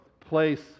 place